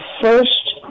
first